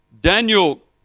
Daniel